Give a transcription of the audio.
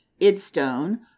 Idstone